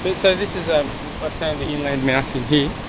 but so this is a ah sandy inland mouse in here,